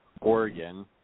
Oregon